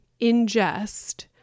ingest